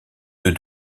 deux